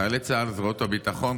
חיילי צה"ל וזרועות הביטחון,